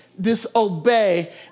disobey